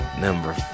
number